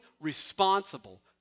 responsible